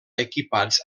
equipats